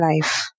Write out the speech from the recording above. life